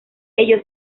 ello